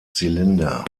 zylinder